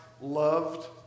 loved